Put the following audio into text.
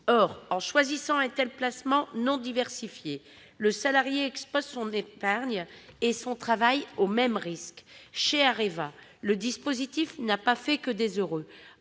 Or, en choisissant un tel placement non diversifié, le salarié expose son épargne et son travail au même risque. Chez Areva, le dispositif n'a pas fait que des heureux.